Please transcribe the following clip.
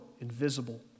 invisible